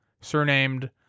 surnamed